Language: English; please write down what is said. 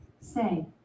say